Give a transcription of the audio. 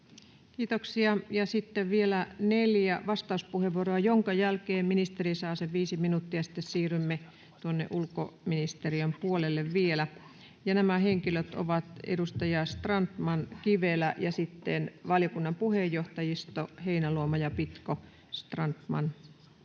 Kiitoksia. — Sitten vielä neljä vastauspuheenvuoroa, minkä jälkeen ministeri saa viisi minuuttia. Sitten siirrymme vielä ulkoministeriön puolelle. Nämä henkilöt ovat edustajat Strandman, Kivelä ja sitten valiokunnan puheenjohtajisto Heinäluoma ja Pitko. — Strandman.